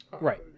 right